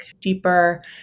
deeper